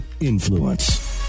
Influence